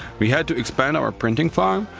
we had to expand our printing farm,